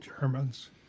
Germans